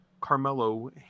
Carmelo